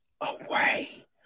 Away